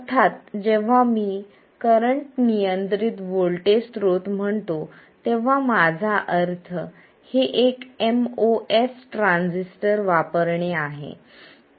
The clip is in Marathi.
अर्थात जेव्हा मी करंट नियंत्रित व्होल्टेज स्त्रोत म्हणतो तेव्हा माझ्या अर्थ हे एक एमओएस ट्रान्झिस्टर वापरणे आहे